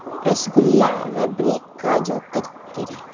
رس گلہ ربڑی کاجو کتری